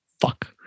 fuck